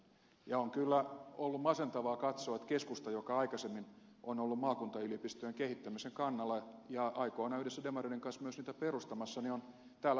on kyllä ollut masentavaa katsoa että keskusta joka aikaisemmin on ollut maakuntayliopistojen kehittämisen kannalla ja aikoinaan yhdessä demareiden kanssa myös niitä perustamassa on täällä tänään täysin hiljaa